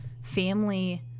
family